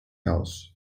else